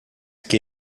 que